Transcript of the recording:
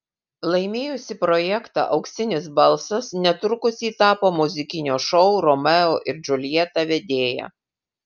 laimėjusi projektą auksinis balsas netrukus ji tapo muzikinio šou romeo ir džiuljeta vedėja